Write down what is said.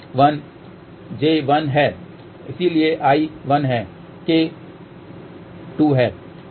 इसलिए 1 j 1 है इसलिए i 1 है k 2 है